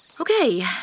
Okay